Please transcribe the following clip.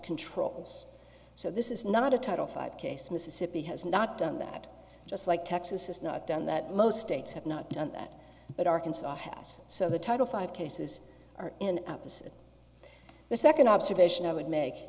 controls so this is not a total five case mississippi has not done that just like texas has not done that most states have not done that but arkansas has so the title five cases are in opposite the second observation i would make